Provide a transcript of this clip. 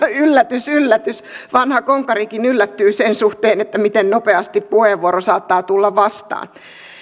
mutta yllätys yllätys vanha konkarikin yllättyy sen suhteen miten nopeasti puheenvuoro saattaa tulla vastaan